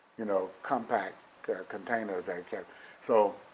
you know, compact containers they kept so